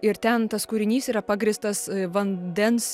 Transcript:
ir ten tas kūrinys yra pagrįstas vandens